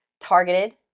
targeted